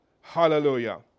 Hallelujah